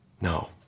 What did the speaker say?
No